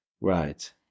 Right